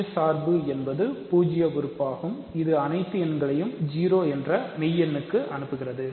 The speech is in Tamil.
பூஜ்ய சார்பு என்பது பூஜ்ஜிய உறுப்பாகும் இது அனைத்து எண்களையும் 0 என்ற மெய் எண்ணுக்கு அனுப்புகிறது